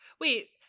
Wait